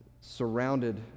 surrounded